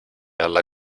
alla